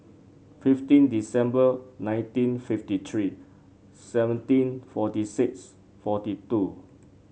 fifteen December nineteen fifty three seventeen forty six forty two